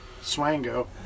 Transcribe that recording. Swango